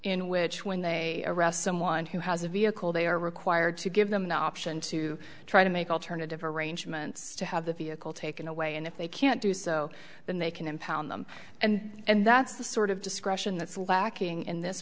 in which when they arrest someone who has a vehicle they are required to give them the option to try to make alternative arrangements to have the vehicle taken away and if they can't do so then they can impound them and that's the sort of discretion that's lacking in this